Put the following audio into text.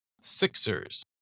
Sixers